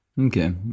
Okay